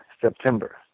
September